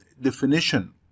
definition